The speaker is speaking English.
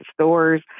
stores